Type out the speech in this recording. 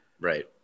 Right